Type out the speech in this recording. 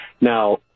Now